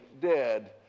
dead